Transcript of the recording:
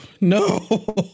No